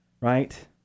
right